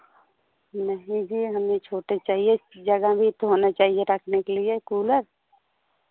नहीं जी हमें छोटे चाहिए जगह भी तो होना चाहिए रखने के लिए कूलर